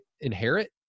inherit